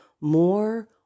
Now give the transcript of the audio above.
more